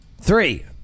Three